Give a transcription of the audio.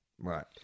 Right